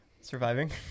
surviving